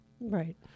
Right